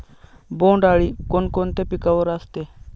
बोंडअळी कोणकोणत्या पिकावर असते?